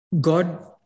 God